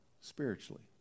spiritually